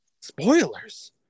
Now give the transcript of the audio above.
Spoilers